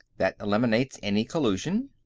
that eliminates any collusion.